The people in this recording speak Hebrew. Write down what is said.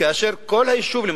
כאשר כל היישוב לקיה,